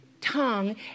tongue